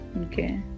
Okay